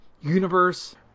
universe